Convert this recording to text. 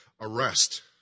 arrest